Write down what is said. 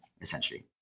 essentially